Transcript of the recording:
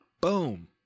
boom